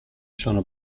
sono